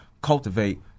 cultivate